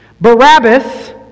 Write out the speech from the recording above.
Barabbas